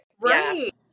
Right